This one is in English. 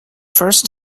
first